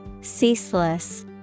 Ceaseless